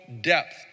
depth